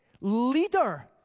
leader